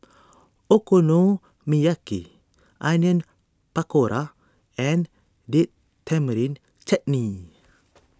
Okonomiyaki Onion Pakora and Date Tamarind Chutney